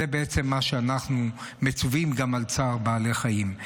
בעצם זה מה שאנחנו מצווים, גם על צער בעלי חיים.